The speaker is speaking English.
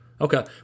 okay